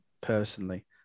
personally